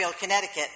Connecticut